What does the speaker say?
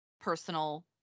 personal